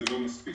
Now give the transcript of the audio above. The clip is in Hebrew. זה לא מספיק.